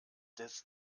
des